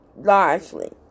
largely